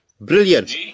brilliant